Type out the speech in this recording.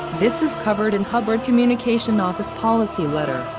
this is covered in hubbard communication office policy letter,